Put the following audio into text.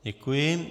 Děkuji.